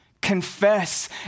Confess